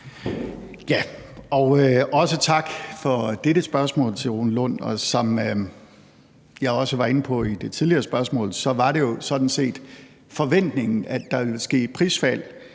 Rune Lund for dette spørgsmål. Som jeg også var inde på under det tidligere spørgsmål, så var det jo sådan set forventningen, at der ville ske et prisfald,